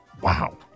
Wow